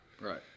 Right